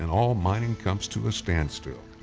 and all mining comes to a standstill.